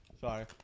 Sorry